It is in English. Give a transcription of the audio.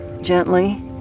gently